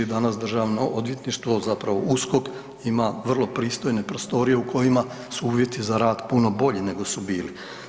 Danas Državno odvjetništvo zapravo USKOK ima vrlo pristojne prostorije u kojima su uvjeti za rad puno bolji nego su bili.